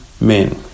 men